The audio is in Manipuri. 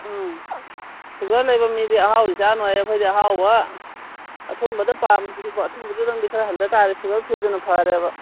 ꯎꯝ ꯁꯨꯒꯔ ꯂꯩꯕ ꯃꯤꯗꯤ ꯑꯍꯥꯎꯕ ꯆꯥꯅꯣꯌꯦ ꯑꯩꯈꯣꯏꯗꯤ ꯑꯍꯥꯎꯕ ꯑꯊꯨꯝꯕꯗ ꯄꯥꯝꯃꯤꯁꯤꯗꯤꯀꯣ ꯑꯊꯨꯝꯕꯗꯨꯇꯪꯗꯤ ꯈꯔ ꯍꯟꯊꯇꯥꯔꯦ ꯁꯨꯒꯔ ꯐ꯭ꯔꯤꯗꯨꯅ ꯐꯔꯦꯕ